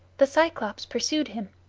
the cyclops pursued him,